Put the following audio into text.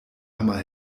hammer